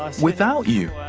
ah without you,